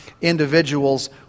individuals